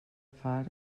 fart